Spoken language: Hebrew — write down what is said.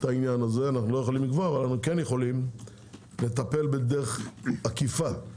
אבל אנו כן יכולים לטפל בדרך עקיפה.